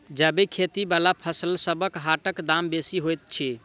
जैबिक खेती बला फसलसबक हाटक दाम बेसी होइत छी